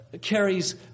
carries